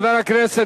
ירושה,